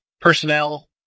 personnel